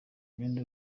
imyenda